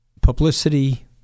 publicity